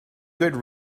good